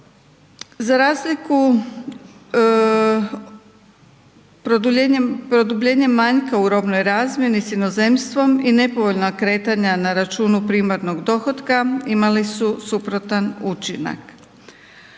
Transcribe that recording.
Za razliku, produbljenjem manjka u robnoj razmjeni s inozemstvom, i nepovoljna kretanja na računu primarnog dohotka imali su suprotan učinak.